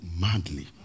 madly